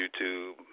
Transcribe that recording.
YouTube